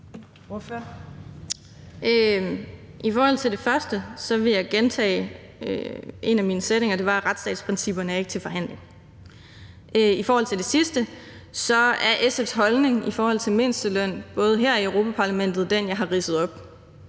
I forhold til det første vil jeg gentage en af mine sætninger, nemlig at retsstatsprincipperne ikke er til forhandling. I forhold til det sidste er SF's holdning til mindsteløn både her og i Europa-Parlamentet den, jeg har ridset op.